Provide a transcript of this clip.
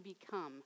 become